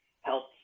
helps